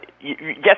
Yes